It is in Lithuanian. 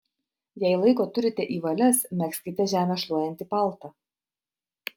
jei laiko turite į valias megzkite žemę šluojantį paltą